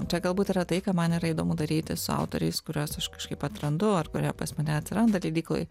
čia galbūt yra tai ką man yra įdomu daryti su autoriais kuriuos aš kažkaip atrandu ar kurie pas mane atsiranda leidykloj